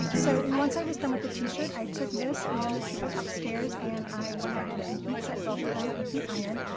so once i was done with the t-shirt, i took this and the trivet upstairs and i went ahead and heat set both of them with the iron.